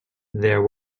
there